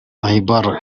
najbaroj